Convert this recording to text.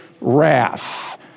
wrath